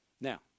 Now